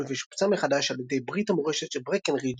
ושופצה מחדש על ידי "ברית המורשת של ברקנרידג'"